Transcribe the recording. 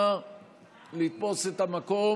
מתן כהנא ואופיר סופר,